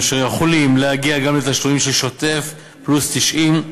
אשר יכולים להגיע גם לתשלומים של שוטף פלוס 90,